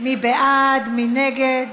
תקבולי ביטוח במקרה של אובדן גמור),